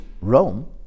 Rome